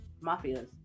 mafias